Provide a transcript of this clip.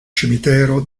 cimitero